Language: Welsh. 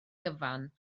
gyfan